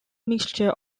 mixture